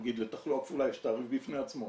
נגיד לתחלואה כפולה יש תעריף בפני עצמו.